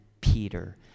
Peter